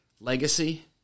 Legacy